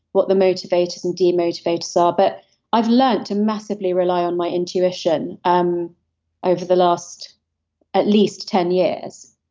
what the motivators and de-motivators are. but i've learnt to massively rely on my intuition um over the last at least ten years,